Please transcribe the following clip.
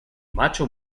macho